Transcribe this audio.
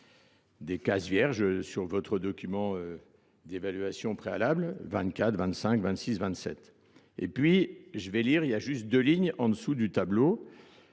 des cases vierges sur votre document d'évaluation préalable, 24, 25, 26, 27. Et puis, je vais lire, il y a juste deux lignes en dessous du tableau.